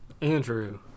Andrew